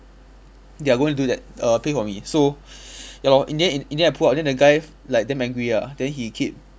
they are going to do that err pay for me so ya lor in the end in the end I pull out then the guy like damn angry ah then he keep